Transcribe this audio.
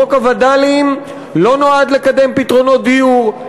חוק הווד"לים לא נועד לקדם פתרונות דיור,